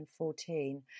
2014